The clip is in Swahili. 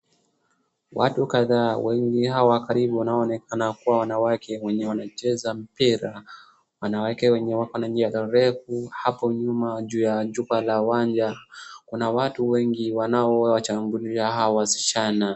Watu kadhaa wengi wao karibu wanaonekana kuwa wanawake mwenye wanacheza mpira wanawake wenye wakona miaka refu hapo nyuma juu ya jumba la uwanja, kuna watu wengi wanaowashangilia hawa wasichana.